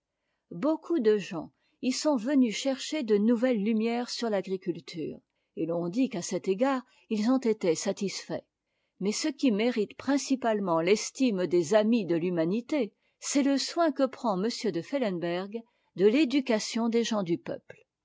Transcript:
beaucoup de gens y sont venus chercher de nouvelles lumières sur l'agriculture et l'on dit qu'à cet égard ils ont été satisfaits mais ce qui mérite principalement l'estime des amis de l'humanité c'est le soin que prend m de fellemberg de l'éducation des gens du peuple